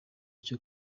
cyo